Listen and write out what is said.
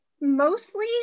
mostly